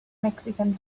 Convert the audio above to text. mexican